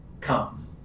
come